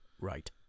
right